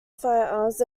firearms